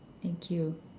thank you